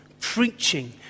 preaching